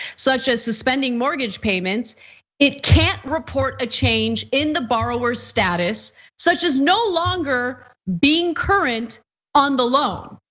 such as suspending mortgage payments it can't report a change in the borrower status such as no longer being current on the loan.